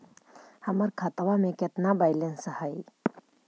हमर खतबा में केतना बैलेंस हई?